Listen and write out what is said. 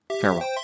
farewell